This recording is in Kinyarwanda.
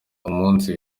umunsi